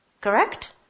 Correct